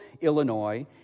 Illinois